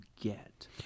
get